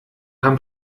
haben